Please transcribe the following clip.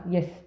Yes